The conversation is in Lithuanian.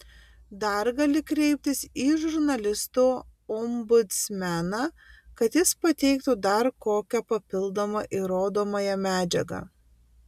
dar gali kreiptis į žurnalistų ombudsmeną kad jis pateiktų dar kokią papildomą įrodomąją medžiagą